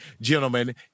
gentlemen